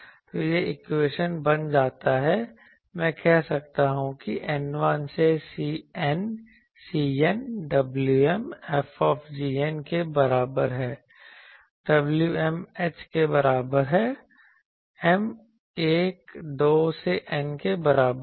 तो यह इक्वेशन बन जाता है मैं कह सकता हूं कि n 1 से N Cn wm F के बराबर है wm h के बराबर है m 12 से N के बराबर है